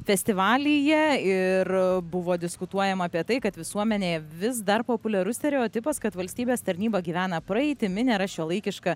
festivalyje ir buvo diskutuojama apie tai kad visuomenėje vis dar populiarus stereotipas kad valstybės tarnyba gyvena praeitimi nėra šiuolaikiška